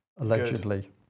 allegedly